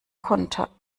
konter